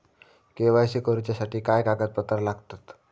KYC करूच्यासाठी काय कागदपत्रा लागतत?